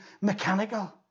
mechanical